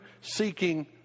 seeking